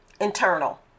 internal